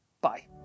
Bye